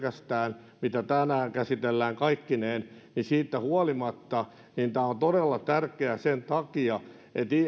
päätöksellä pelkästään mitä tänään käsitellään siitä huolimatta tämä on todella tärkeää sen takia että